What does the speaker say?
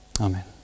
Amen